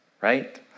right